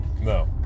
No